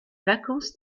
vacances